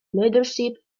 leadership